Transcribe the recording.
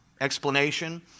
explanation